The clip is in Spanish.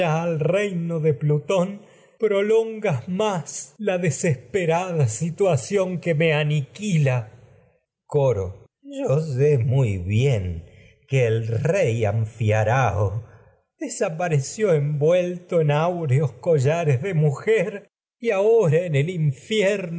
al reino de plutón prolongas más la deses perada situación que me aniquila coro yo sé muy reció el bien que el rey anfiarao desapa envuelto en áureos collares de mujer y ahora en infierno